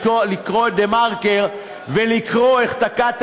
לקרוא את "דה-מרקר" ולקרוא איך תקעת